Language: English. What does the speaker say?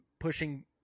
pushing